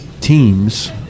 teams